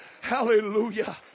Hallelujah